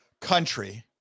country